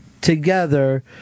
together